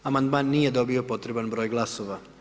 Amandman nije dobio potreban broj glasova.